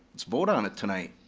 let's vote on it tonight.